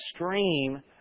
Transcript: extreme